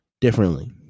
differently